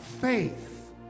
faith